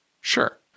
Sure